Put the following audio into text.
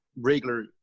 regular